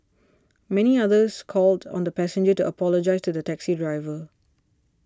many others called on the passenger to apologise to the taxi driver